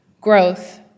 growth